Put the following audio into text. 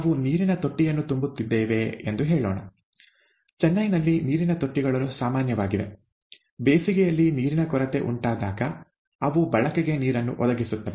ನಾವು ನೀರಿನ ತೊಟ್ಟಿಯನ್ನು ತುಂಬುತ್ತಿದ್ದೇವೆ ಎಂದು ಹೇಳೋಣ ಚೆನ್ನೈನಲ್ಲಿ ನೀರಿನ ತೊಟ್ಟಿಗಳು ಸಾಮಾನ್ಯವಾಗಿದೆ ಬೇಸಿಗೆಯಲ್ಲಿ ನೀರಿನ ಕೊರತೆ ಉಂಟಾದಾಗ ಅವು ಬಳಕೆಗೆ ನೀರನ್ನು ಒದಗಿಸುತ್ತವೆ